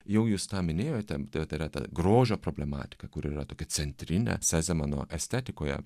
jau jūs tą minėjote tai va tai yra grožio problematika kuri yra tokia centrinė sezemano estetikoje